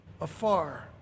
afar